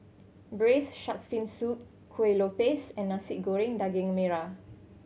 Braised Shark Fin Soup Kuih Lopes and Nasi Goreng Daging Merah